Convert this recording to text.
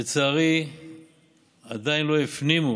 לצערי עדיין לא הפנימו